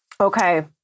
Okay